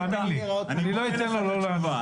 תאמין לי, אני לא אתן לו לא לענות.